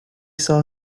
saw